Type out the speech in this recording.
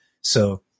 So-